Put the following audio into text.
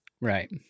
Right